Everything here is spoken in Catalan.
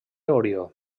orió